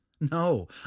No